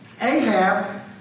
Ahab